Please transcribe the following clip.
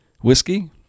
whiskey